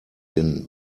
den